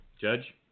Judge